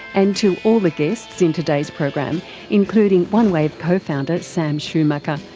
and to all the guests in today's program including onewave co-founder sam schumacher,